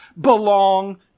belong